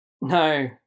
no